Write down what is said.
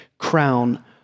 crown